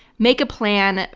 make a plan.